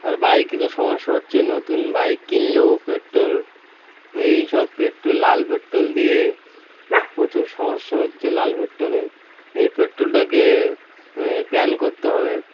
আর বাইকে তো সমস্যা হচ্ছে নতুন বাইক কিনলেও পেট্রোল এই সব পেট্রোল লাল পেট্রোল দিয়ে প্রচুর সমস্যা হচ্ছে লাল পেট্রোলে এই পেট্রোলটাকে ব্যান করতে হবে